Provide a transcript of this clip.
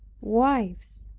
wives,